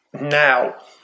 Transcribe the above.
now